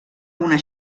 una